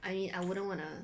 I mean I wouldn't wanna